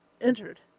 entered